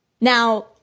Now